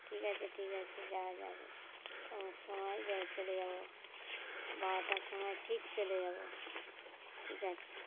ঠিক আছে ঠিক আছে যাওয়া যাবে অমুক সময় যা চলে যাব বারোটার সময় ঠিক চলে যাব ঠিক আছে